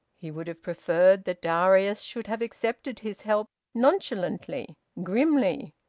he would have preferred that darius should have accepted his help nonchalantly, grimly,